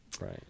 right